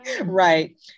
Right